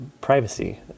privacy